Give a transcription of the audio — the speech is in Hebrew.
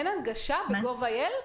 אין הנגשה ב-gov.il?